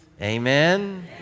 Amen